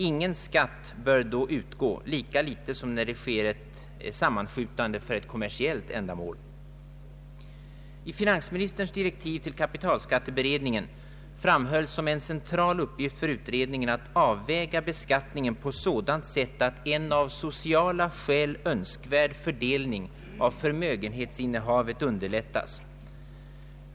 Ingen skatt bör då utgå, lika litet som när ett sammanskjutande av medel sker för kommersiellt ändamål. I finansministerns direktiv till kapitalskatteberedningen framhölls som en central uppgift för utredningen att avväga beskattningen på sådant sätt, att en av sociala skäl önskvärd fördelning av förmögenhetsinnehavet underlättas.